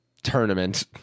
Tournament